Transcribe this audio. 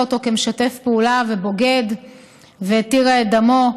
אותו כמשתף פעולה ובוגד והתירה את דמו.